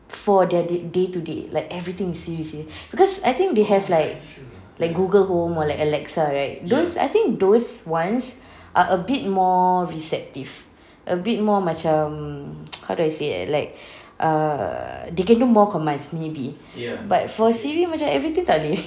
for their da~ day to day like everything is SIRI seh because I think they have like like google home or like alexa right those I think those ones are a bit more receptive a bit more macam how do I say like err they can do more commands maybe but for SIRI macam everything tak boleh